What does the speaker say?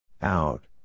Out